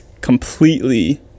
completely